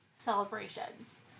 celebrations